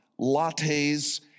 lattes